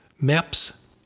MAPS